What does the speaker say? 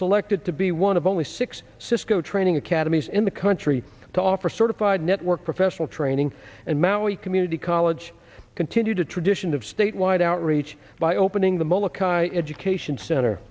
selected to be one of only six cisco training academies in the country to offer certified network professional training and maui community college continued a tradition of statewide outreach by opening the molik i education cent